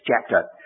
chapter